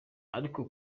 ariko